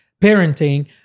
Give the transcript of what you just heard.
parenting